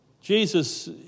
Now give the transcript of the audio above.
Jesus